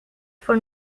for